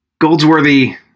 Goldsworthy